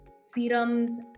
serums